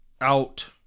out